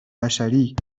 بشری